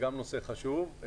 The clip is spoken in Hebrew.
גם זה נושא חשוב.